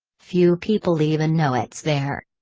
few people even know it's there.